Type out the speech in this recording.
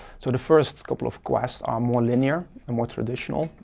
so the first couple of quests are more linear and more traditional,